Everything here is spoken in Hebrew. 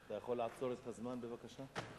אתה יכול לעצור את הזמן, בבקשה?